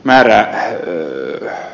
määrää lisää